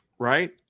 Right